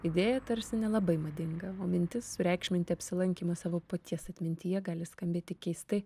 idėja tarsi nelabai madinga o mintis sureikšminti apsilankymą savo paties atmintyje gali skambėti keistai